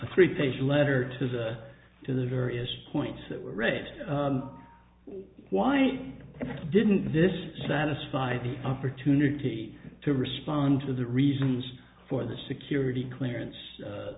a three page letter to to the various points that were raised why didn't this satisfy the opportunity to respond to the reasons for the security clearance